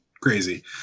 crazy